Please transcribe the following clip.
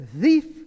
thief